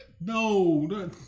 No